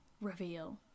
reveal